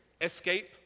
escape